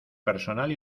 personal